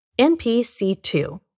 NPC2